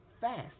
fast